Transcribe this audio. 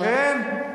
כן?